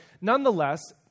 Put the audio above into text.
nonetheless